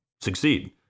succeed